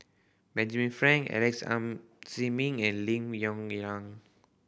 Benjamin Frank Alex Ziming and Lim Yong Liang